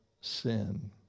sin